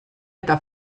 eta